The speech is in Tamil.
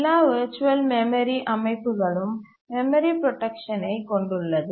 எல்லா வர்ச்சுவல் மெமரி அமைப்புகளும் மெமரி புரோடக்சனை கொண்டுள்ளது